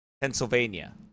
Pennsylvania